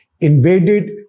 invaded